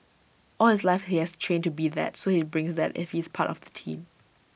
all his life he has trained to be that so he brings that if he's part of the team